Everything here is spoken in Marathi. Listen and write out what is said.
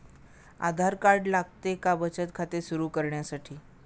आधार कार्ड लागते का बचत खाते सुरू करण्यासाठी?